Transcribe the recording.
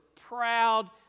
proud